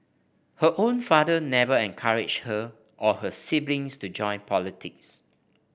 her own father never encouraged her or her siblings to join politics